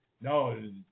no